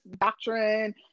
doctrine